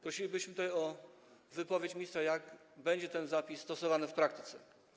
Prosilibyśmy o wypowiedź ministra, jak będzie ten zapis stosowany w praktyce.